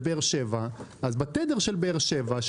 בבאר-שבע אז בתדר של באר-שבע,